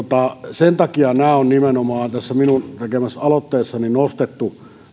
sen takia nimenomaan nämä on tässä tekemässäni aloitteessa nostettu